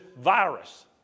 virus